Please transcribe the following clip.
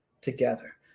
together